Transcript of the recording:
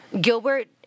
Gilbert